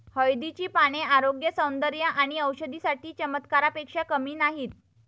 हळदीची पाने आरोग्य, सौंदर्य आणि औषधी साठी चमत्कारापेक्षा कमी नाहीत